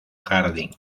jardín